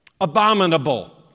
abominable